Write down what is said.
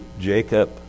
Jacob